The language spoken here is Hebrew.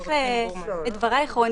בהמשך לדברייך,